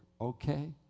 Okay